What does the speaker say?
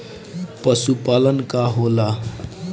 पशुपलन का होला?